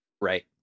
Right